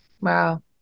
Wow